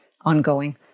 ongoing